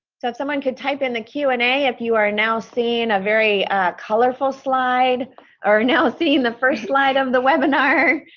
so if someone could type in the q and a if you are now seeing a very colorful slide or now seeing the first slide of the webinar.